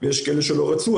ויש כאלה שלא רצו.